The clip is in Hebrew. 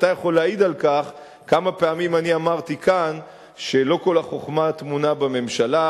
אתה יכול להעיד כמה פעמים אני אמרתי כאן שלא כל החוכמה טמונה בממשלה,